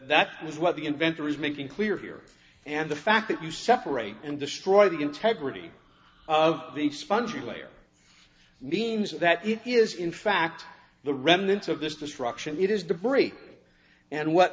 that is what the inventor is making clear here and the fact that you separate and destroy the integrity of the spongy layer means that it is in fact the remnants of this destruction it is debris and what